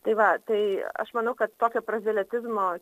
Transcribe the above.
tai va tai aš manau kad tokio prazeletizmo